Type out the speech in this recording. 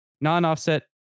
non-offset